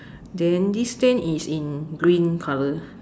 then this stand is in green color